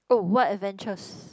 oh what adventures